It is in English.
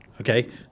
Okay